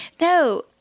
No